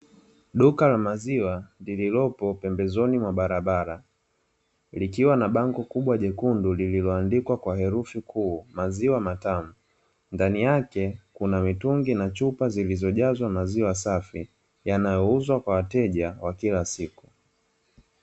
Duka la maziwa lililopo pembezoni mwa barabara likiwa na bango kubwa jekundu lililoandikwa kwa herufi kuu maziwa matamu, ndani yake kuna mitungi na chupa zilizojazwa maziwa safi yanayouzwa kwa wateja wa kila siku.